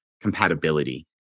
compatibility